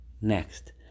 next